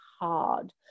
hard